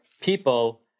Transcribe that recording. people